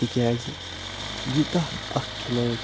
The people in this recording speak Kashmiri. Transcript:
تِکیٛازِ یوٗتاہ اَکھ کھلٲڑۍ